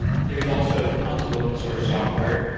there's also tons of open source software.